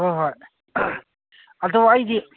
ꯍꯣꯏ ꯍꯣꯏ ꯑꯗꯣ ꯑꯩꯒꯤ